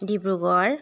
Dibrugarh